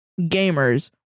gamers